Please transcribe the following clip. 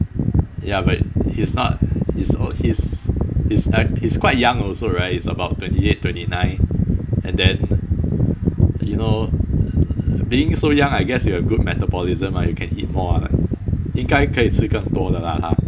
ya but he's not he's he's he's act~ he's quite young also right he's about twenty eight twenty nine and then you know being so young I guess you have good metabolism ah you can eat more ah 应该可以吃个很多的啦 ha